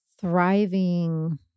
thriving